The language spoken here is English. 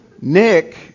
Nick